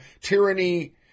tyranny